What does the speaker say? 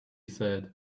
said